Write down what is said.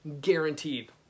guaranteed